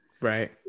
Right